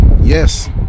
Yes